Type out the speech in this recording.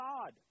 God